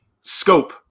scope